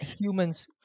humans